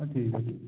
हां ठीक आहे ठीक आहे